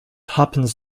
happens